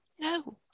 no